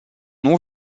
nom